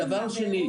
דבר שני,